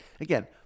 again